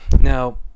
Now